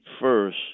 first